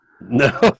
No